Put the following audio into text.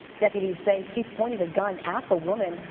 deputies say she pointed a gun at the woman.